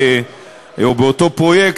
או באותו פרויקט,